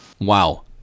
wow